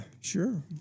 sure